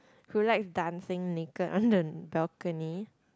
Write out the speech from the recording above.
who likes dancing naked on the balcony